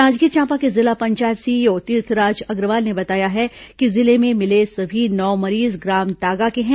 जांजगीर चांपा के जिला पंचायत सीईओ तीर्थराज अग्रवाल ने बताया कि जिले में मिले सभी नौ मरीज ग्राम तागा के हैं